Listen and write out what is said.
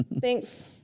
thanks